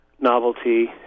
novelty